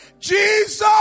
Jesus